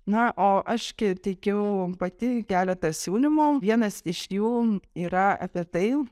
na o aš ki teikiau pati keletas jaunimo vienas iš jų yra apie tai